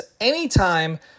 anytime